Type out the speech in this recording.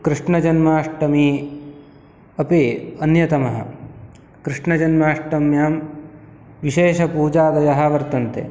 कृष्णजन्माष्टमी अपि अन्यतमः कृष्णजन्माष्टम्यां विशेषपूजादयः वर्तन्ते